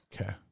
okay